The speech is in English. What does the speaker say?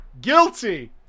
Guilty